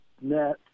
net